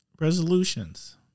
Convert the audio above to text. resolutions